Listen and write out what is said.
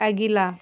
अगिला